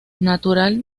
natural